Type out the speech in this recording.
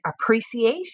appreciate